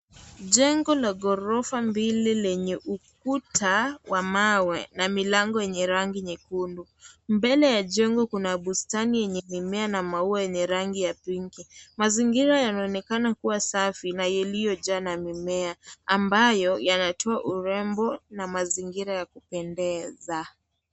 Jengo la ghorofa mbili lenye ukuta wa mawe, na milango yenye rangi nyekundu. Mbele ya jengo kuna bustani lenye mimea na maua yenye rangi ya pinki. Mazingira yanaonekana kuwa safi na iliyojaa na mimea, ambayo yanatoa urembo na mazingira ya kupendeza .